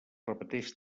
repeteix